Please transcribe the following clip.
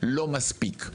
לא מספיק.